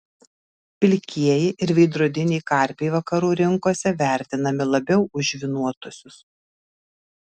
plikieji ir veidrodiniai karpiai vakarų rinkose vertinami labiau už žvynuotuosius